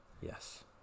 Yes